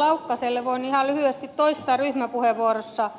laukkaselle voin ihan lyhyesti toistaa ryhmäpuheenvuorosta